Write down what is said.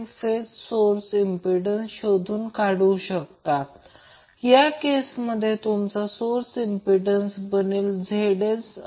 तर हा star impedance Z आहे ज्याला स्टार कनेक्टेड लोडचा इम्पेडन्स म्हणतात म्हणजे तो Z आहे तो बॅलन्सड आहे